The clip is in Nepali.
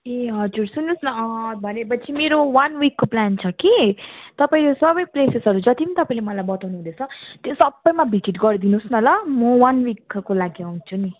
ए हजुर सुन्नुहोस् न भनेपछि मेरो वान विकको प्लान छ कि तपाईँले सबै प्लेसेसहरू जति पनि तपाईँले मलाई बताउनु हुँदैछ त्यो सबैमा भिजिट गरिदिनुहोस् न ल म वान विकको लागि आउँछु नि